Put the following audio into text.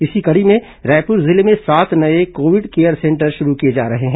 इसी कड़ी में रायपुर जिले में सात नये कोविड केयर सेंटर शुरू किए जा रहे हैं